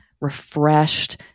refreshed